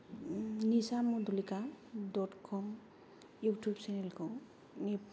Nisa Mandalika dot com YouTube चेनेलखौ